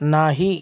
नाही